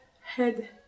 head